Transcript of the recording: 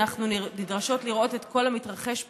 אנחנו נדרשות לראות את כל המתרחש פעמיים,